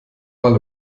mal